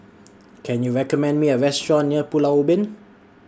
Can YOU recommend Me A Restaurant near Pulau Ubin